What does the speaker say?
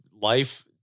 life